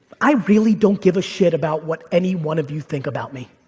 i really don't give a shit about what any one of you think about me.